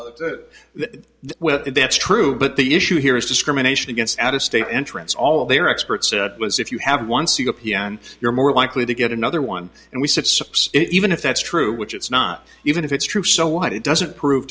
that well that's true but the issue here is discrimination against out of state entrants all their expert said was if you have once you go p n you're more likely to get another one and we said six even if that's true which it's not even if it's true so what it doesn't prove